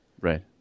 Right